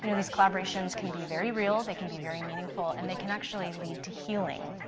you know these collaborations can be very real. they can be very meaningful and they can actually lead to healing.